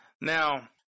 Now